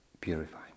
purify